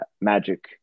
magic